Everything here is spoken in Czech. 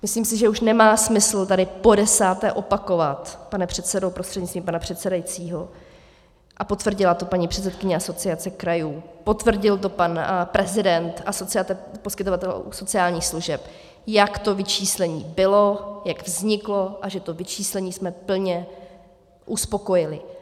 Myslím si, že už nemá smysl tady podesáté opakovat, pane předsedo prostřednictvím pana předsedajícího, a potvrdila to paní předsedkyně Asociace krajů, potvrdil to pan prezident Asociace poskytovatelů sociálních služeb, jak to vyčíslení bylo, jak vzniklo a že to vyčíslení jsme plně uspokojili.